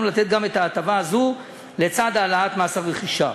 לתת גם את ההטבה הזו לצד העלאת מס הרכישה.